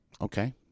Okay